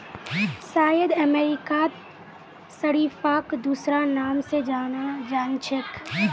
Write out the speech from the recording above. शायद अमेरिकात शरीफाक दूसरा नाम स जान छेक